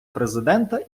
президента